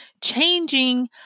changing